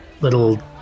little